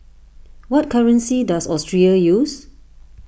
what currency does Austria use